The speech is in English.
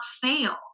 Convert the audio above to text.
fail